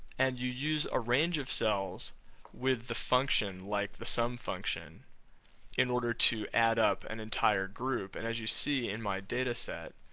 and you use a range of cells with the function like, the sum function in order to add up an entire group, and as you see in my data set,